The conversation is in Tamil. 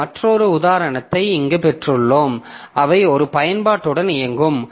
இந்த மற்றொரு உதாரணத்தை இங்கு பெற்றுள்ளோம் அவை ஒரு பயன்பாட்டுடன் இயங்கும்